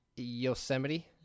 Yosemite